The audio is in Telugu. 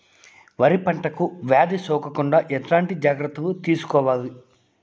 వరి పంటకు వ్యాధి సోకకుండా ఎట్లాంటి జాగ్రత్తలు తీసుకోవాలి?